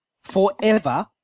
forever